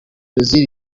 brazil